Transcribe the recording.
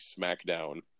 SmackDown